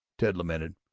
ted lamented,